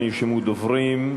לא נרשמו דוברים.